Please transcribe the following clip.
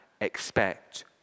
expect